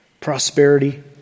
Prosperity